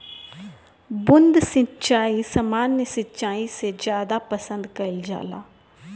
बूंद सिंचाई सामान्य सिंचाई से ज्यादा पसंद कईल जाला